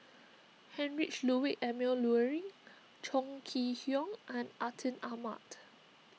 Heinrich Ludwig Emil Luering Chong Kee Hiong and Atin Amat